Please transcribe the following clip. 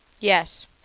Yes